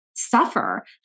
suffer